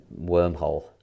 wormhole